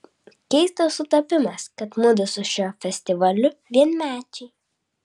keistas sutapimas kad mudu su šiuo festivaliu vienmečiai